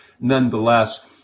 Nonetheless